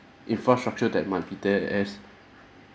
infrastructure that might be there as